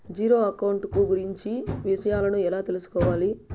Zero account కు గురించి విషయాలను ఎలా తెలుసుకోవాలి?